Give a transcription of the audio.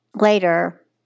later